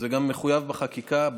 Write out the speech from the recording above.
זה גם מחויב בחקיקה,